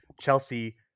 Chelsea